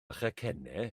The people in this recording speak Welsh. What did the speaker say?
chacennau